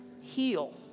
heal